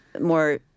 more